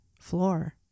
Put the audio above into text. floor